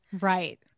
Right